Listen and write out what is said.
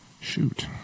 shoot